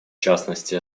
частности